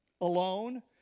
alone